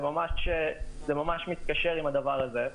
זה ממש מתקשר עם הדבר הזה.